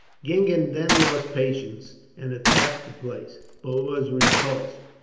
gingen then lost patience and attacked the place, but was repulsed,